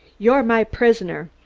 you're my prisoner!